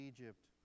Egypt